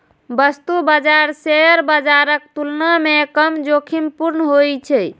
वस्तु बाजार शेयर बाजारक तुलना मे कम जोखिमपूर्ण होइ छै